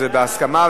וזה בהסכמה,